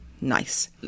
nice